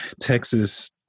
Texas